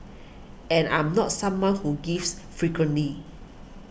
and I am not someone who gives frequently